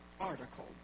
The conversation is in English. article